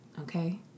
okay